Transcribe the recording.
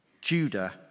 Judah